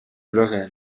lorraine